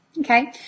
Okay